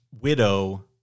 widow